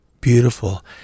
beautiful